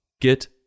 get